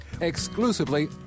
exclusively